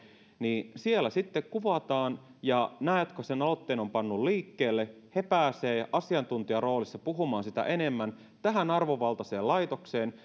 siellä sitten kuvataan ja nämä jotka sen aloitteen ovat panneet liikkeelle he pääsevät asiantuntijaroolissa puhumaan siitä enemmän tähän arvovaltaiseen laitokseen